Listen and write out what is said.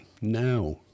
now